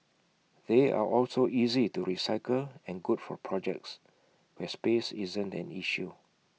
they are also easy to recycle and good for projects where space isn't an issue